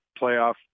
playoff